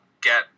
get